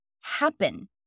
happen